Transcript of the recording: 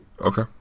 Okay